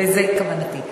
וזו כוונתי.